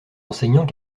enseignants